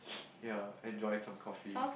ya enjoy some coffee